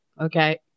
okay